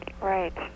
right